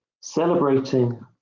Celebrating